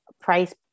price